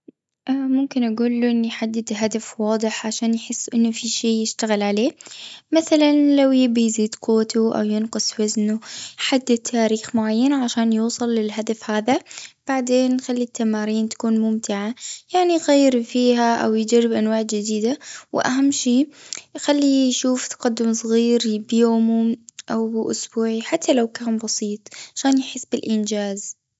اه ممكن أقول له أني حددي هدف واضح علشان يحس أنه في شي يشتغل عليه. مثلا لو يبي يزيد قوته أو ينقص وزنة حدد تاريخ معين عشان يوصل للهدف هذا. بعدين نخلي التمارين تكون ممتعة. يعني يغيروا فيها أو يجربوا أنواع جديدة. وأهم شي خليه يشوف تقدم صغير بيومه أو بأسبوعي حتى لو كان بسيط. علشان يحس بالإنجاز.